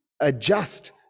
adjust